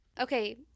Okay